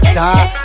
die